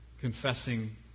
confessing